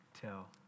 tell